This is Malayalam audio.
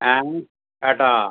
ആ കേട്ടോ